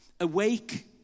Awake